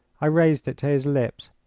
i raised it to his lips.